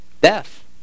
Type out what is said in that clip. death